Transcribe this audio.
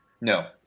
No